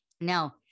Now